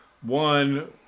one